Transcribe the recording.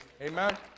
Amen